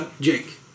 Jake